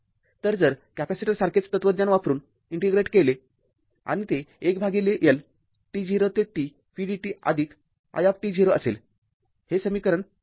तर जर कॅपेसिटर सारखेच तत्त्वज्ञान वापरून इंटिग्रेट केले आणि ते १ L t0 ते t v dt आदिक i असेल हे समीकरण ५